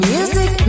Music